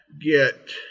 get